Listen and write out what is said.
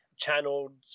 channeled